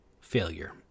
failure